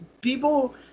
People